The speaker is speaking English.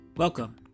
Welcome